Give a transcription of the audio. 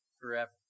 forever